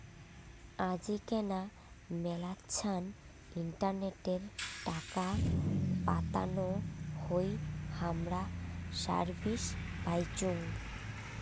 আজিকেনা মেলাছান ইন্টারনেটে টাকা পাতানো হই হামরা সার্ভিস পাইচুঙ